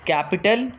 Capital